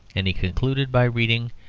and he concluded by reading,